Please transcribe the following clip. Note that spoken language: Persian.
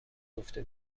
گفته